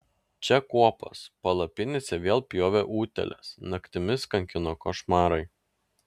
čia kuopos palapinėse vėl pjovė utėlės naktimis kankino košmarai